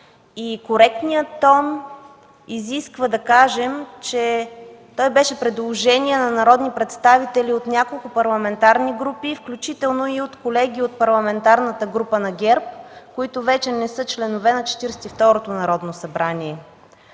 Коректният тон изисква да кажем, че той беше предложение на народни представители от няколко парламентарни групи, включително на колеги от Парламентарната група на ГЕРБ, които вече не са членове на Четиридесет